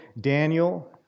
Daniel